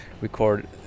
record